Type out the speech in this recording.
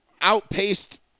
outpaced